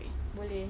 boleh